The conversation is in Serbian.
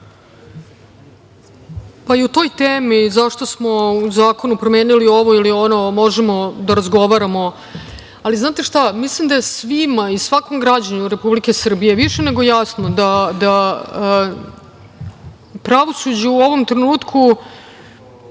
Pa i o toj temi zašto smo u zakonu promenili ovo ili ono možemo da razgovaramo. Znate šta, mislim da je svima i svakom građaninu Republike Srbije, više nego jasno da pravosuđe u ovom trenutku,